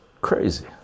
crazy